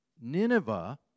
Nineveh